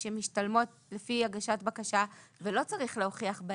לשבת זכאות-זכאות ולראות מה